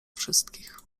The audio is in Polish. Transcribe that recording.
wszystkich